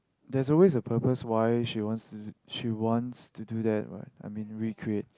there's always a purpose why she wants to she wants to do that what I mean to recreate